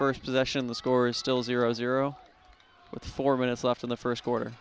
first possession the score is still zero zero with four minutes left in the first quarter